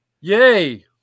yay